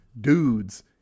dudes